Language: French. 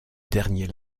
dernier